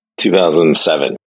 2007